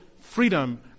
freedom